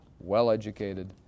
well-educated